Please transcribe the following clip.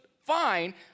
fine